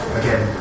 again